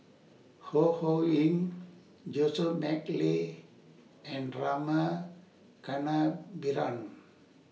Ho Ho Ying Joseph Mcnally and Rama Kannabiran